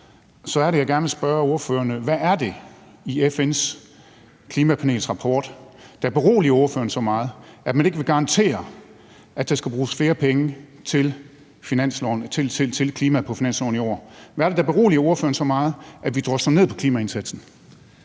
er det, jeg gerne vil spørge ordføreren, hvad det er i FN's klimapanels rapport, der beroliger ordføreren så meget, at man ikke vil garantere, at der skal bruges flere penge til klima på finansloven i år. Hvad er det, der beroliger ordføreren så meget, at vi drosler ned på klimaindsatsen?